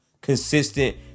consistent